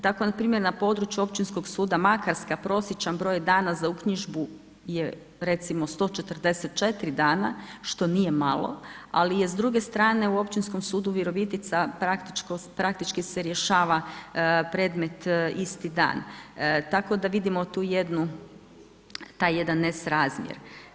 Tako npr. na području općinskog suda Makarska prosječan broj dana za uknjižbu je recimo 144 dana što nije malo ali je s druge strane u općinskom sudu Virovitica praktički se rješava predmet isti dan tako da vidimo tu jednu, taj jedan nesrazmjer.